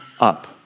up